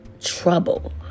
trouble